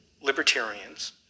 libertarians